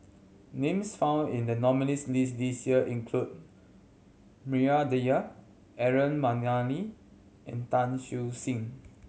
names found in the nominees' list this year include Maria Dyer Aaron Maniam and Tan Siew Sin